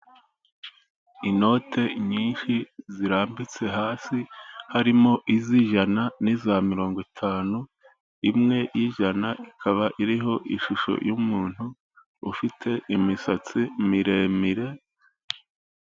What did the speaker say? Inote nyinshi zirambitse hasi harimo iz'ijana ni izamirongo itanu imwe ijana ikaba iriho ishusho y'umuntu ufite imisatsi miremire.